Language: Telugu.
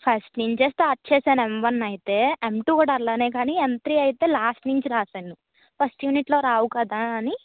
ఫస్ట్ నుంచే స్టార్ట్ చేశాను ఎం వన్ అయితే ఎం టూ కూడా అలాగే కాని ఎం త్రీ అయితే లాస్ట్ నుంచి రాసాను ఫస్ట్ యూనిట్లో రావు కదా అని